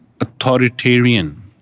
authoritarian